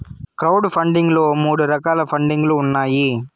crowd funding లో మూడు రకాల పండింగ్ లు ఉన్నాయి